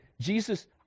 Jesus